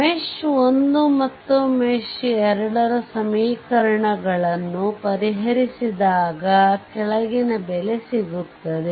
mesh 1 ಮತ್ತು mesh 2 ರ ಸಮೀಕರಣಗಳನ್ನು ಪರಿಹರಿಸಿದಾಗ ಕೆಳಗಿನ ಬೆಲೆ ಸಿಗುತ್ತದೆ